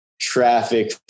traffic